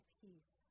peace